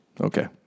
Okay